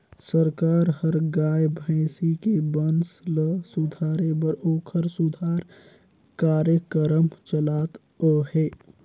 सरकार हर गाय, भइसी के बंस ल सुधारे बर ओखर सुधार कार्यकरम चलात अहे